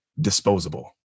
disposable